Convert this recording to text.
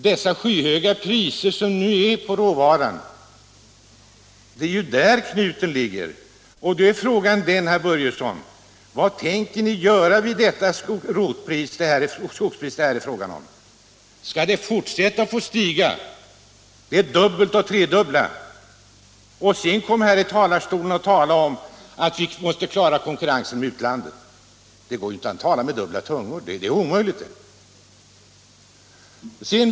Det är de skyhöga priser som nu gäller på råvaran som spelar en väsentlig roll. Och då är frågan, herr Börjesson: Vad tänker ni göra åt det skogspris som det här är fråga om? Skall det få fortsätta att stiga till det dubbla och tredubbla? Skall ni sedan komma här i talarstolen och tala om att vi måste klara konkurrensen med utlandet? — Men det går inte att tala med dubbla tungor. Det är omöjligt, det.